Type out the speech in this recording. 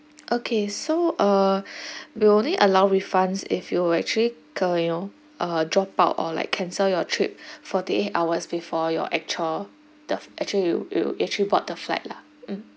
okay so uh we only allow refunds if you actually uh you know uh drop out or like cancel your trip forty eight hours before your actual the actually you you actually bought the flight lah mm